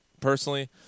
personally